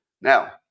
Now